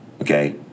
okay